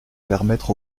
permettre